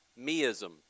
meism